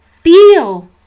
feel